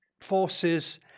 forces